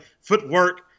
footwork